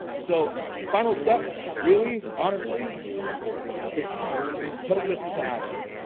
so final step, really, honestly is putting this into action.